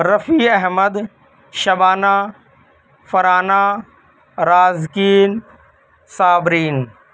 Rafi Ahmed Shabana Farhana Raziqeen Sabireen